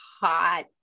hot